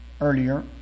earlier